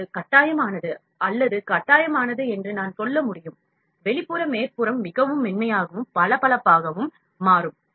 இது கட்டாயமானது அல்லது கட்டாயமானது என்று நான் சொல்ல முடியும் வெளிப்புற மேற்பரப்பு மிகவும் மென்மையாகவும் பளபளப்பாகவும் மாறும்